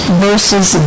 versus